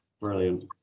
Brilliant